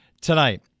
tonight